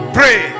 pray